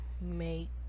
make